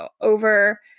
over